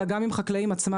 אלא גם עם חקלאים עצמם